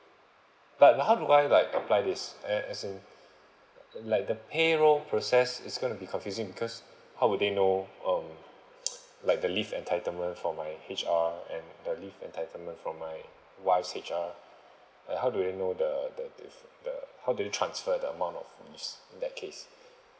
but how do I like apply this uh as in like the pay roll process is gonna be confusing because how would they know um like the leave entitlement for my H_R and the leave entitlement from my wife's H_R uh how do they know the the this the how do they transfer the amount of leaves in that case